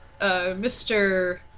Mr